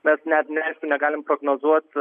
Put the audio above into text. mes net neaišku negalim prognozuot